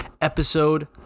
episode